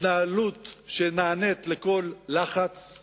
התנהלות שנענית לכל לחץ,